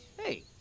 Hey